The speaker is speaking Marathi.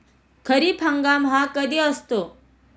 खरीप हंगाम हा कधी असतो?